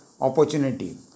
opportunity